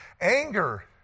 anger